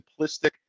simplistic